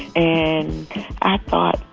and i thought,